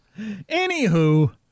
Anywho